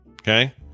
Okay